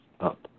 up